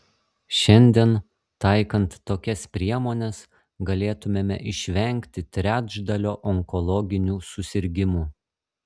šiandien taikant tokias priemones galėtumėme išvengti trečdalio onkologinių susirgimų